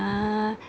uh